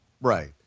Right